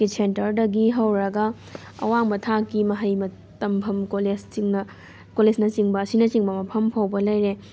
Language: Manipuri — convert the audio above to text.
ꯀꯤꯗꯁ ꯁꯦꯟꯇꯔꯗꯒꯤ ꯍꯧꯔꯒ ꯑꯋꯥꯡꯕ ꯊꯥꯛꯀꯤ ꯃꯍꯩ ꯇꯝꯐꯝ ꯀꯣꯂꯦꯖꯁꯤꯡꯅ ꯀꯣꯂꯦꯖꯅꯆꯤꯡꯕ ꯑꯁꯤꯅꯆꯤꯡꯕ ꯃꯐꯝ ꯐꯥꯎꯕ ꯂꯩꯔꯦ